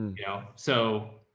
you know, so,